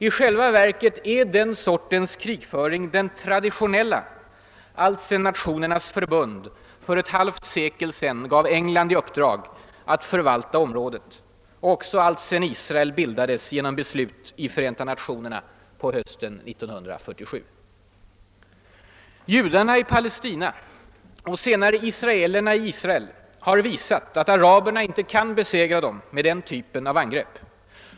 I själva verket är den sortens krigföring den traditionella alltsedan Natio nernas Förbund för ett halvt sekel sedan gav England i uppdrag att förvalta området och också alltsedan Israel bildades genom beslut i Förenta nationerna på hösten 1947. Judarna i Palestina och senare israelerna i Israel har visat att araberna inte kan besegra dem med den typen av angrepp.